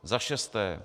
Za šesté.